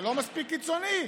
זה לא מספיק קיצוני?